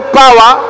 power